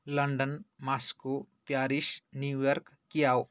London Moscow Paris New York Kyiv